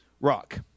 rock